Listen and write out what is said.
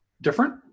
different